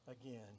again